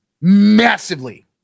Massively